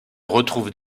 retrouvent